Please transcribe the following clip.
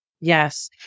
Yes